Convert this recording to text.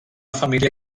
família